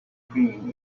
cream